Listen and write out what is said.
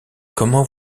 comment